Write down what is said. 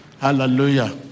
Hallelujah